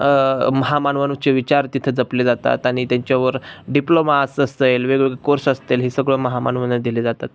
महामानवाचे विचार तिथे जपले जातात आणि त्यांच्यावर डिप्लोमा अस असेल वेगवेगळे कोर्स असतील हे सगळं महामानवानें दिले जातात